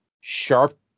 sharp